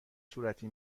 صورتی